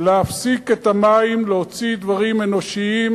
להפסיק את המים, להוציא דברים אנושיים,